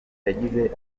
yagize